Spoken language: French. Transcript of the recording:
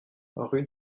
rue